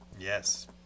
Yes